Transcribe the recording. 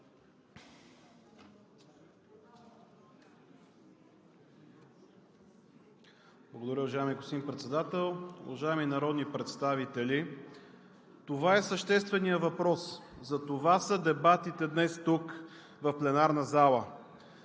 Благодаря, уважаеми господин Председател. Уважаеми народни представители! Това е същественият въпрос, затова са дебатите днес тук в пленарната зала